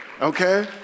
Okay